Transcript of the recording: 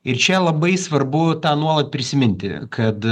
ir čia labai svarbu tą nuolat prisiminti kad